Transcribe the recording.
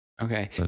Okay